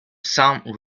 some